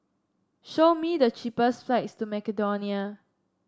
show me the cheapest flight to Macedonia